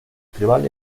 tribal